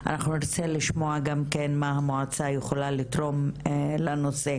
אנחנו נרצה לשמוע גם כן מה המועצה יכולה לתרום לנושא.